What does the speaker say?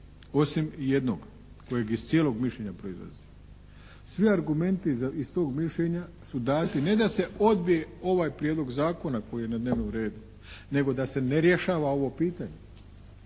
Osim jednog koje iz cijelog mišljenja proizlazi. Svi argumenti iz tog mišljenja su dati ne da se odbije ovaj Prijedlog zakona koji je na dnevnom redu nego da se ne rješava ovo pitanje.